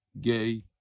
Gay